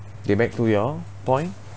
get back to your point